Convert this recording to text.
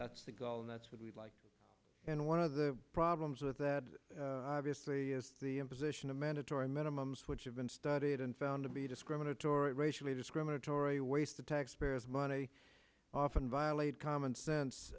that's the goal and that's what we'd like and one of the problems with that obviously is the imposition of mandatory minimums which have been studied and found to be discriminatory racially discriminatory waste the taxpayers money often violate common sense